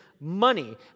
money